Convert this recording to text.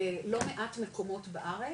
בלא מעט מקומות בארץ,